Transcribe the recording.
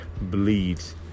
bleeds